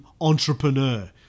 entrepreneur